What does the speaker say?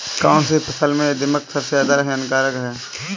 कौनसी फसल में दीमक सबसे ज्यादा हानिकारक है?